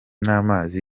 n’amazi